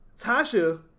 Tasha